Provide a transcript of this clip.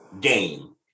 game